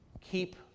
keep